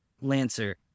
Lancer